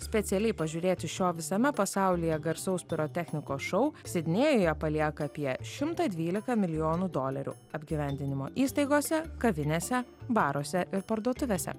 specialiai pažiūrėti šio visame pasaulyje garsaus pirotechnikos šou sidnėjuje palieka apie šimtą dvyliką milijonų dolerių apgyvendinimo įstaigose kavinėse baruose ir parduotuvėse